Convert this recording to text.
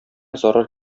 зарар